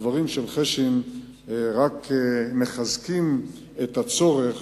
דבריו של חשין רק מחזקים את הצורך